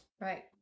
Right